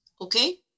Okay